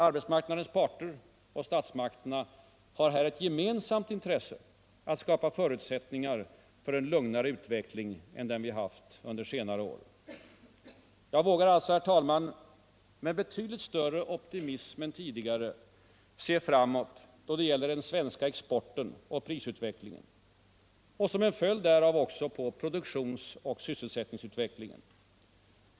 Arbetsmarknadens parter och statsmakterna har här ett gemensamt intresse att skapa förutsättningar för en lugnare utveckling än den vi haft under senare år. Jag vågar alltså, herr talman, med betydligt större optimism än tidigare se framåt då det gäller den svenska exporten och prisutvecklingen och som en följd därav också på produktions och sysselsättningsutvecklingen.